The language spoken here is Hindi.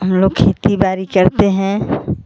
हम लोग खेती बाड़ी करते हैं